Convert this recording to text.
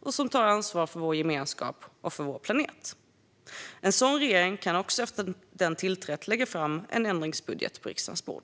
och som tar ansvar för vår gemenskap och vår planet. En sådan regering kan också efter att den tillträtt lägga fram en ändringsbudget på riksdagens bord.